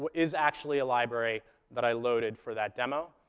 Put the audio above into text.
is actually a library that i loaded for that demo.